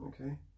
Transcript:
okay